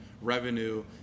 revenue